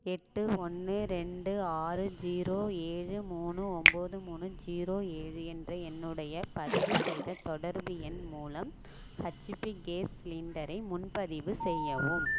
எட்டு ஒன்று ரெண்டு ஆறு ஜீரோ ஏழு மூணு ஒன்போது மூணு ஜீரோ ஏழு என்ற என்னுடைய பதிவுசெய்த தொடர்பு எண் மூலம் ஹெச்பி கேஸ் சிலிண்டரை முன்பதிவு செய்யவும்